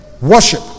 worship